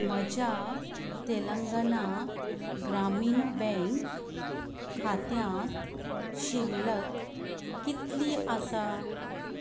म्हज्या तेलंगना ग्रामीण बँक खात्यांत शिल्लक कितली आसा